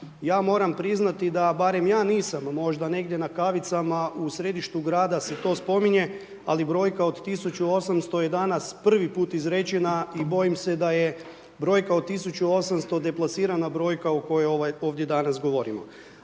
ja moram priznati, da barem ja nisam, možda negdje na kavicama u središtu grada se to spominje, ali brojka od 1800 je danas prvi put izrečena i bojim se da je brojka od 1800 deplasirana brojka o kojoj danas govorimo.